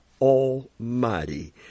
Almighty